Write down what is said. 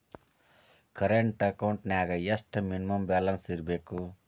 Current ಅಕೌಂಟೆಂನ್ಯಾಗ ಎಷ್ಟ minimum balance ಇರ್ಬೇಕು?